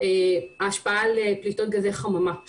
ההשפעה על פליטות גזי חממה.